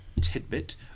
tidbit